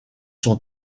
sont